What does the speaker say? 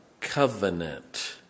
Covenant